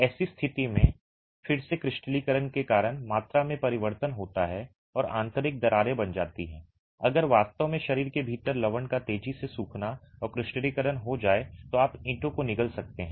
ऐसी स्थिति में फिर से क्रिस्टलीकरण के कारण मात्रा में परिवर्तन होता है और आंतरिक दरारें बन जाती हैं अगर वास्तव में शरीर के भीतर लवण का तेजी से सूखना और क्रिस्टलीकरण हो जाए तो आप ईंटों को निगल सकते हैं